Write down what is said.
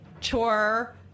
chore